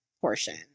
portion